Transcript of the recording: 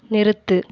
நிறுத்து